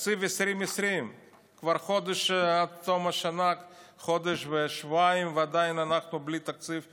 תקציב 2020. עד תום השנה יש חודש ושבועיים ועדיין אנחנו בלי תקציב 2020,